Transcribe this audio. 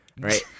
right